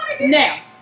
Now